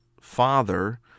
father